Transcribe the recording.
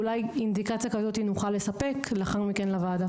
אולי נוכל לספק אינדיקציה כזו לאחר מכן לוועדה.